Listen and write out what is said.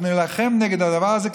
אנחנו נילחם נגד הדבר הזה,